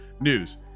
news